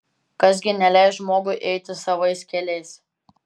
kas gi neleis žmogui eiti savais keliais